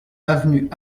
avenue